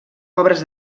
obres